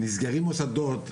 נסגרים מוסדות,